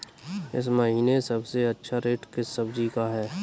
इस महीने सबसे अच्छा रेट किस सब्जी का है?